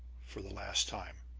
for the last time!